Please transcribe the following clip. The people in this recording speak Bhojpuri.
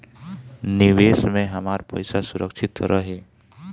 निवेश में हमार पईसा सुरक्षित त रही?